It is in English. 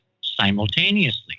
simultaneously